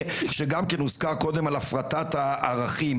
שגם כן הוזכר קודם על הפרטת הערכים,